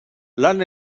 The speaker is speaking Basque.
lan